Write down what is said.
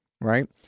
right